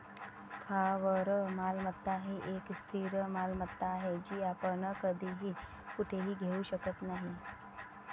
स्थावर मालमत्ता ही एक स्थिर मालमत्ता आहे, जी आपण कधीही कुठेही घेऊ शकत नाही